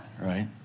right